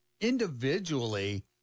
individually